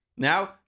Now